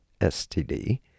STD